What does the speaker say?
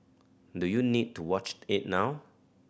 do you need to watch it now